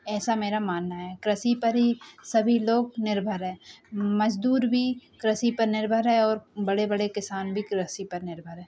ऐसा मेरा मानना है कृषि पर ही सभी लोग निर्भर हैं मजदूर भी कृषि पर निर्भर है और बड़े बड़े किसान भी कृषि पर निर्भर है